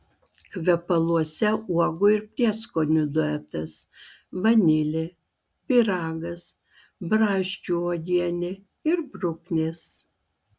kvepaluose uogų ir prieskonių duetas vanilė pyragas braškių uogienė ir bruknės